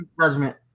Judgment